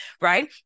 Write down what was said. right